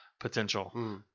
Potential